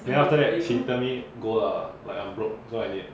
then after that she tell me go uh like I'm broke so I need